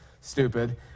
stupid